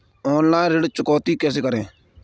Online ऋण चुकौती कैसे करें?